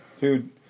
Dude